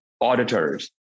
auditors